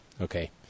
okay